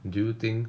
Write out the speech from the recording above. do you think